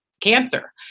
cancer